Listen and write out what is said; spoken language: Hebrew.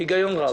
היגיון רב.